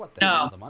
No